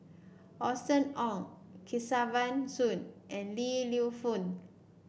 Austen Ong Kesavan Soon and Li Lienfung